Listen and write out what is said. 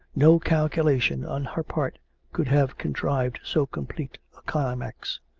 no calculation on her part could have contrived so complete a climax